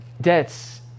debts